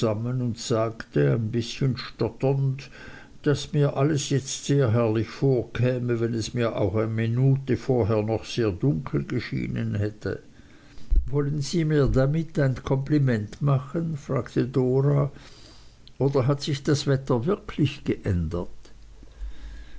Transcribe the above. und sagte ein bißchen stotternd daß mir alles jetzt sehr herrlich vorkäme wenn es mir auch eine minute vorher noch sehr dunkel geschienen hätte wollen sie mir damit ein kompliment machen fragte dora oder hat sich das wetter wirklich geändert